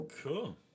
Cool